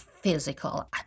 physical